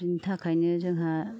बेनि थाखायनो जोंहा